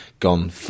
gone